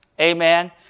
Amen